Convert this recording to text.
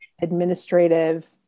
administrative